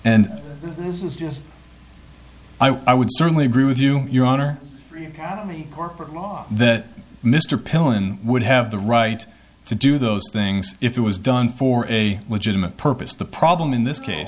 and this is just i would certainly agree with you your honor got me corporate law that mr pillin would have the right to do those things if it was done for a legitimate purpose the problem in this case